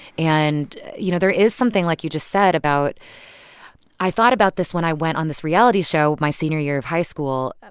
and, you know, there is something like you just said about i thought about this when i went on this reality show my senior year of high school.